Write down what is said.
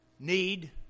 need